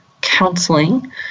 counseling